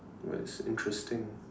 what is interesting